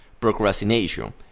procrastination